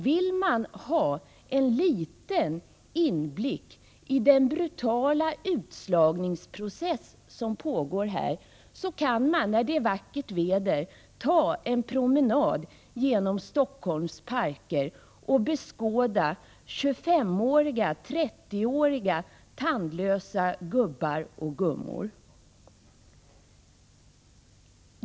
Vill man ha en liten inblick i den brutala utslagningsprocess som pågår här kan man, när det är vackert väder, ta en promenad genom Stockholms parker och beskåda 25-åriga och 30-åriga tandlösa gubbar och gummor.